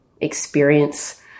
experience